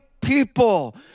people